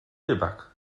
rybak